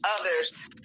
others